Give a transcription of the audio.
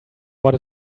what